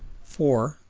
for,